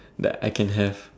that I can have